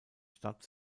stadt